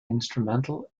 instrumental